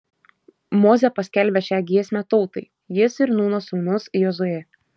mozė paskelbė šią giesmę tautai jis ir nūno sūnus jozuė